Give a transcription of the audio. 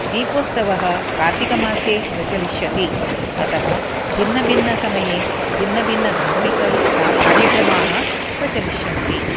दीपोत्सवः कार्तिकमासे प्रलिष्यति अतः भिन्नभिन्नसमये भिन्नभिन्नधार्मिक क्र कार्यक्रमाः प्रचलिष्यन्ति